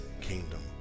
kingdom